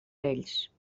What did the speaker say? ells